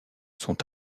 sont